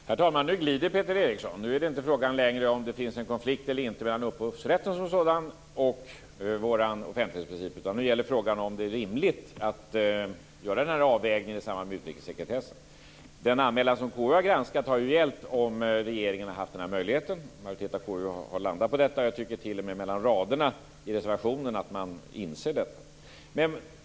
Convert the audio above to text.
Herr talman! Nu glider Peter Eriksson. Nu är det inte längre fråga om huruvida det finns en konflikt eller inte mellan upphovsrätten som sådan och vår offentlighetsprincip. Nu gäller frågan om det är rimligt att göra den här avvägningen i samband med utrikessekretessen. Den anmälan som KU har granskat har ju gällt om regeringen har haft den här möjligheten. En majoritet av KU har landat på detta. Jag tycker t.o.m. att man inser detta mellan raderna i reservationen.